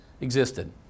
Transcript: existed